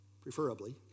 preferably